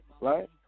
Right